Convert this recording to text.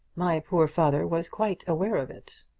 my poor father was quite aware of it.